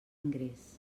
ingrés